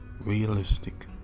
realistic